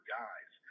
guys